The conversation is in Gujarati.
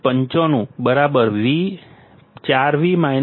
95 4 વી VT